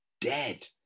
dead